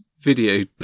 video